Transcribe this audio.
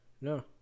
no